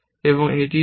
এবং এটিই সব